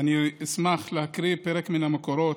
ואני אשמח להקריא פרק מן המקורות,